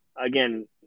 again